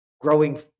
growing